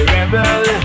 Rebel